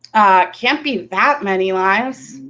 can't be that many lives.